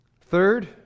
Third